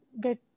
get